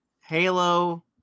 Halo